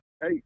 hey